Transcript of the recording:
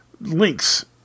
links